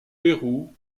pérou